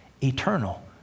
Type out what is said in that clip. Eternal